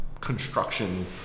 construction